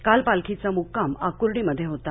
काल पालखीचा म्क्काम अक्डीमध्ये होता